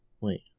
Wait